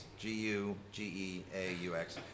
G-U-G-E-A-U-X